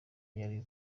yari